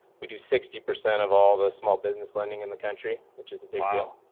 we do sixty percent of all the small business lending in the country, which is a big deal.